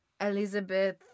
Elizabeth